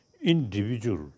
individual